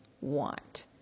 want